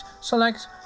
select